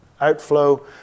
outflow